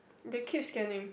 they keep scanning